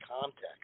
context